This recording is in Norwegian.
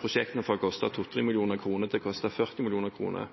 prosjektene fra å koste 40 mill. kr til å koste 2–3 mill. kr.